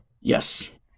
Yes